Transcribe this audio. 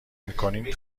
میکنیم